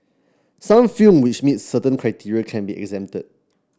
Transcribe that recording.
some films which meet certain criteria can be exempted